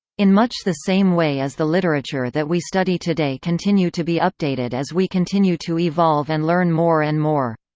in much the same way as the literature that we study today continue to be updated as we continue to evolve and learn more and more.